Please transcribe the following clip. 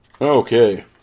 Okay